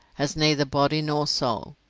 has neither body nor soul,